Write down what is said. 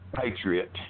patriot